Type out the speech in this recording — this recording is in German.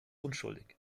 unschuldig